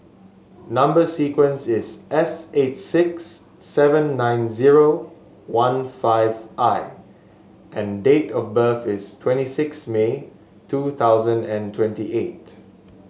number sequence is S eight six seven nine zero one five I and date of birth is twenty six May two thousand and twenty eight